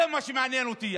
זה מה שמעניין אותי.